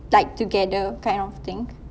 like together kind of thing